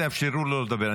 תאפשרו לו לדבר.